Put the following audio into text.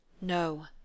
No